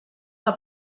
que